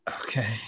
Okay